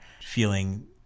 feeling